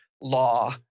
law